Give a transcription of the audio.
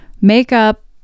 makeup